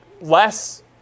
less